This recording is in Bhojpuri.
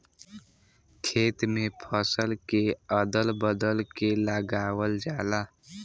खेत में फसल के अदल बदल के लगावल जाला